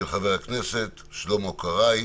של חבר הכנסת שלמה קרעי.